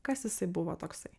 kas jisai buvo toksai